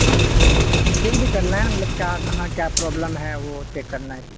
اچھا اچھا اچھا چیک بھی کرنا ہے مطلب کیا کہاں کیا پروبلم ہے وہ چیک کرنا ہے اس لیے